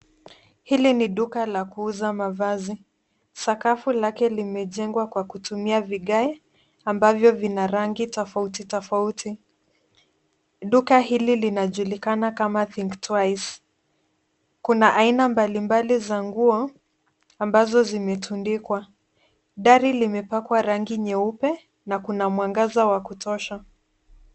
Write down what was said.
Hili ni duka la kuuza mavazi. Sakafu lake limejengwa kwa kutumia vigae ambavyo vina rangi tofauti tofauti. Duka hili linajulikana kama Think Twice . Kuna aina mbalimbali za nguo ambazo zimetundikwa. Dari limepakwa rangi nyeupe na kuna mwangaza wa kutosha.